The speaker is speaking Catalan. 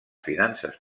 finances